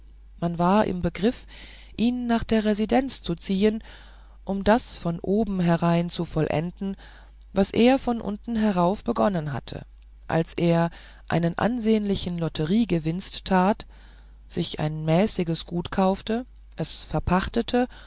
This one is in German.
man war im begriff ihn nach der residenz zu ziehen um das von oben herein zu vollenden was er von unten herauf begonnen hatte als er einen ansehnlichen lotteriegewinst tat sich ein mäßiges gut kaufte es verpachtete